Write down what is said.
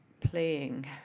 playing